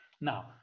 Now